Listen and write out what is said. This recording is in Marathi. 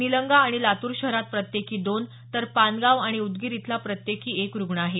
निलंगा आणि लातूर शहरात प्रत्येकी दोन तर पानगाव आणि उदगीर इथला प्रत्येकी एक रुग्ण आहे